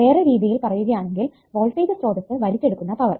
വേറെ രീതിയിൽ പറയുകയാണെങ്കിൽ വോൾടേജ് സ്രോതസ്സ് വലിച്ചെടുക്കുന്ന പവർ